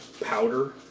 powder